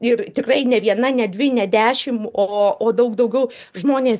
ir tikrai ne viena ne dvi ne dešimt o o daug daugiau žmonės